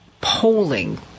polling